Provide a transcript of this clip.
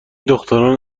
دختران